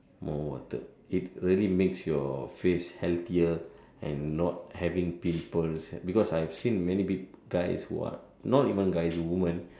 more water it really makes your face healthier and not having pimple because I've seen many big guys who are not even guys women